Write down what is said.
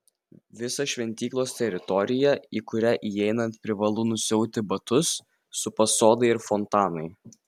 visą šventyklos teritoriją į kurią įeinant privalu nusiauti batus supa sodai ir fontanai